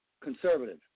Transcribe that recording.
conservative